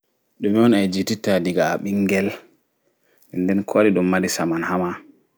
Ɗume on a yejji titta ɗiga a ɓingel nɗen nɗe ko waɗi ɗum mari saman ha ma